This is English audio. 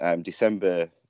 December